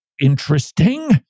interesting